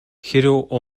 хэрэв